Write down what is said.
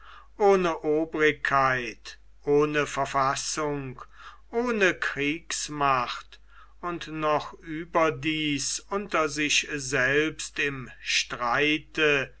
ohne obrigkeit ohne verfassung ohne kriegsmacht und noch überdies unter sich selbst im streite